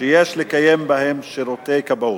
שיש לקיים בהם שירותי כבאות,